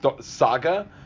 Saga